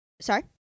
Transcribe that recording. sorry